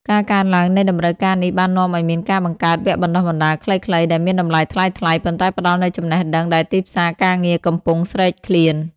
ការកើនឡើងនៃតម្រូវការនេះបាននាំឱ្យមានការបង្កើតវគ្គបណ្តុះបណ្តាលខ្លីៗដែលមានតម្លៃថ្លៃៗ ប៉ុន្តែផ្តល់នូវចំណេះដឹងដែលទីផ្សារការងារកំពុងស្រេកឃ្លាន។